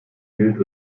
gilt